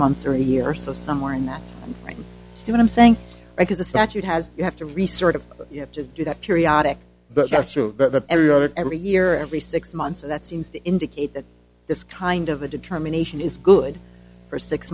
months or a year so somewhere in that time see what i'm saying is the statute has you have to resort to you have to do that periodic but that's true that every hour every year every six months and that seems to indicate that this kind of a determination is good for six